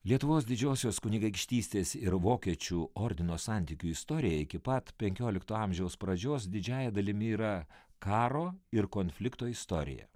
lietuvos didžiosios kunigaikštystės ir vokiečių ordino santykių istorija iki pat penkiolikto amžiaus pradžios didžiąja dalimi yra karo ir konflikto istorija